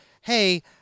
hey